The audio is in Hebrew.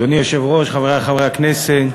אדוני היושב-ראש, חברי חברי הכנסת,